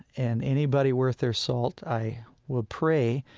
and anybody worth their salt, i would pray,